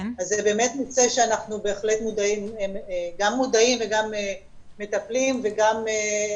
זה בהחלט נושא שאנחנו גם מודעים וגם מטפלים בו,